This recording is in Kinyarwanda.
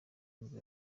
nibwo